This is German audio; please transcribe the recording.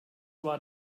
war